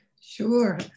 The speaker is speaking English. Sure